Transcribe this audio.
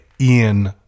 Ian